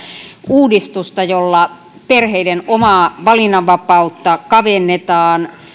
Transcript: uudistusta jolla perheiden omaa valinnanvapautta kavennetaan